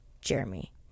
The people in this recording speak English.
Jeremy